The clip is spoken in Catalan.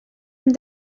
amb